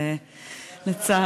תודה רבה, אדוני היושב-ראש.